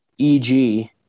EG